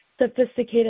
sophisticated